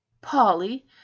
polly